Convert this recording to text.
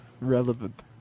Relevant